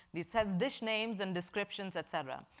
this has dish names and descriptions, et cetera.